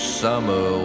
summer